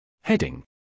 Heading